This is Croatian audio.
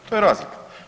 To je razlika.